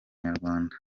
nyarwanda